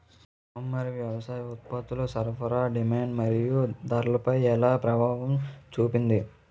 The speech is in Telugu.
మహమ్మారి వ్యవసాయ ఉత్పత్తుల సరఫరా డిమాండ్ మరియు ధరలపై ఎలా ప్రభావం చూపింది?